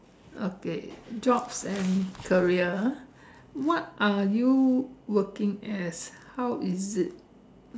okay jobs and career what are you working as how is it